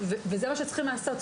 וזה מה שצריכים לעשות.